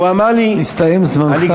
והוא אמר לי, נסתיים זמנך.